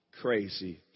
crazy